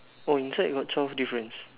oh inside got twelve difference